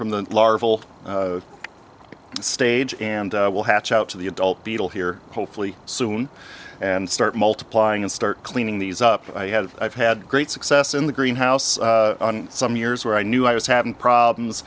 from the larval stage and we'll hash out to the adult beetle here hopefully soon and start multiplying and start cleaning these up i have i've had great success in the greenhouse some years where i knew i was having problems